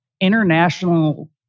international